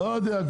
לא יודע.